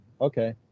okay